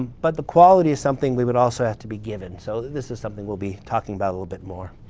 but the quality is something we but also have to be given. so this is something we'll be talking about a little bit more.